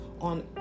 on